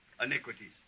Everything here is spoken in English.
iniquities